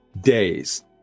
days